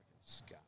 Scott